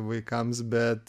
vaikams bet